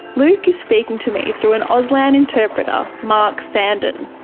luke is speaking to me through an auslan interpreter, mark sandon.